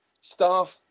staff